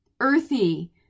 earthy